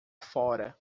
fora